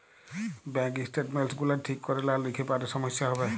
bank statements গুলান ঠিক ক্যরে লা লিখলে পারে সমস্যা হ্যবে